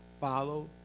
follow